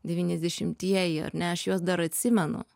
devyniasdešimtieji ar ne aš juos dar atsimenu